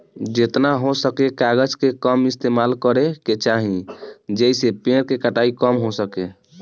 जेतना हो सके कागज के कम इस्तेमाल करे के चाही, जेइसे पेड़ के कटाई कम हो सके